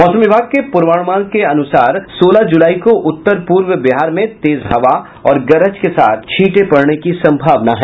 मौसम विभाग के पूर्वानुमान के अनुसार सोलह जूलाई को उत्तर पूर्व बिहार में तेज हवा और गरज के साथ छींटे पड़ने की संभावना है